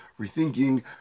rethinking